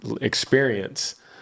experience